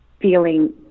feeling